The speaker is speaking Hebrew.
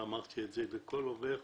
ואמרתי את זה לאורך